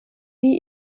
wie